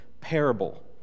parable